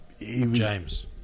James